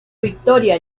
victoria